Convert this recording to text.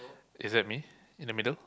is that me in the middle